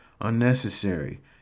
unnecessary